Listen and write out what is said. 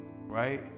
right